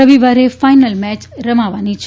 રવિવારે final match રમાવાની છે